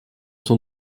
son